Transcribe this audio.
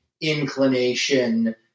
inclination